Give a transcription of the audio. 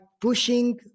pushing